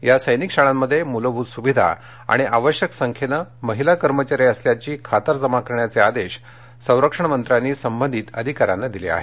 या सैनिक शाळांमध्ये मूलभूत सुविधा आणि आवश्यक संख्येने महिला कर्मचारी असल्याची खातरजमा करण्याचे आदेश संरक्षण मंत्र्यांनी संबंधित अधिकाऱ्यांना दिले आहेत